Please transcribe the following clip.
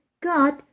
God